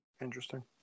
Interesting